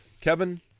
Kevin